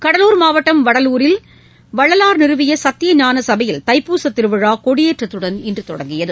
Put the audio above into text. கடலூர் மாவட்டம் வடலூரில் வள்ளலார் நிறுவிய சத்தியஞான சபையில் தைப்பூச திருவிழா கொடியேற்றத்துடன் இன்று தொடங்கியது